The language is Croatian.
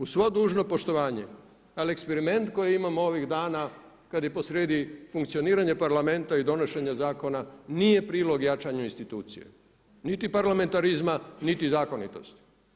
Uz svo dužno poštovanje ali eksperiment koji imamo ovih dana kad je posrijedi funkcioniranje Parlamenta i donošenje zakona nije prilog jačanju institucije niti parlamentarizma niti zakonitosti.